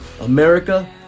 America